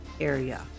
area